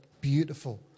beautiful